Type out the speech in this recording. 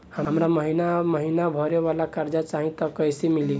हमरा महिना महीना भरे वाला कर्जा चाही त कईसे मिली?